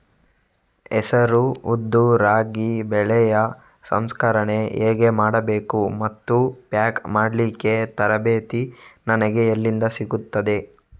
ಹೆಸರು, ಉದ್ದು, ರಾಗಿ ಬೆಳೆಯ ಸಂಸ್ಕರಣೆ ಹೇಗೆ ಮಾಡಬೇಕು ಮತ್ತು ಪ್ಯಾಕ್ ಮಾಡಲಿಕ್ಕೆ ತರಬೇತಿ ನನಗೆ ಎಲ್ಲಿಂದ ಸಿಗುತ್ತದೆ?